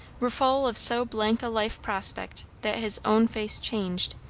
were full of so blank a life-prospect, that his own face changed,